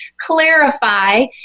clarify